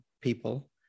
people